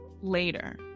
later